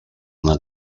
una